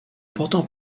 pourtant